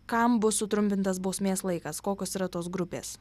kam bus sutrumpintas bausmės laikas kokios yra tos grupės